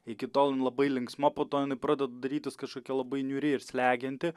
iki tol jin labai linksma po to jinai pradeda darytis kažkokia labai niūri ir slegianti